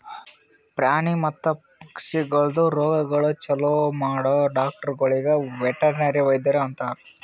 ಪ್ರಾಣಿ ಮತ್ತ ಪಕ್ಷಿಗೊಳ್ದು ರೋಗಗೊಳ್ ಛಲೋ ಮಾಡೋ ಡಾಕ್ಟರಗೊಳಿಗ್ ವೆಟರ್ನರಿ ವೈದ್ಯರು ಅಂತಾರ್